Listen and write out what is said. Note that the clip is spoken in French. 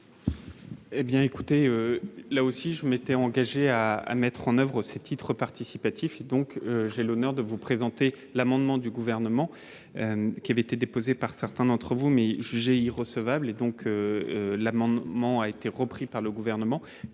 Eh bien écoutez, là aussi, je m'étais engagé à à mettre en oeuvre ses titres participatifs et donc j'ai l'honneur de vous présenter l'amendement du gouvernement qui avait été déposée par certains d'entre vous, mais jugé irrecevable et donc l'amendement a été repris par le gouvernement,